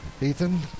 Ethan